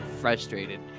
frustrated